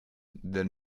the